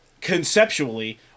conceptually